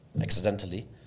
accidentally